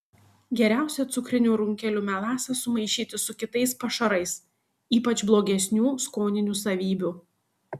geriausia cukrinių runkelių melasą sumaišyti su kitais pašarais ypač blogesnių skoninių savybių